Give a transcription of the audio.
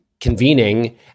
convening